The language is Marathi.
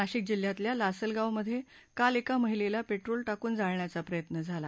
नाशिक जिल्ह्यातल्या लासलगावमध्ये काल एका महिलेला पेट्रोल टाकून जाळण्याचा प्रयत्न झाला